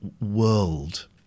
world